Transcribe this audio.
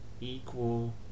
equal